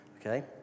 okay